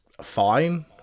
fine